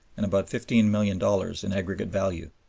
and about fifteen million dollars in aggregate value.